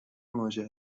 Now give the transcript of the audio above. مواجه